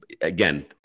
again